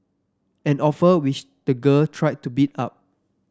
an offer which the girl tried to beat up